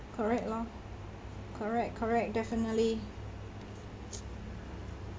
correct lor correct correct definitely